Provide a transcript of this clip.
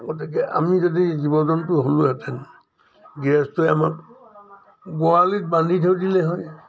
গতিকে আমি যদি জীৱ জন্তু হ'লোহেঁতেন গৃহস্থই আমাক গোহালিত বান্ধি থৈ দিলে হয়